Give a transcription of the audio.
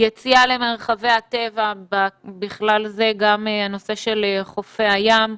יציאה למרחבי הטבע, בכלל זה גם הנושא של חופי הים.